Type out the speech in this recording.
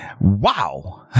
Wow